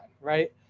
right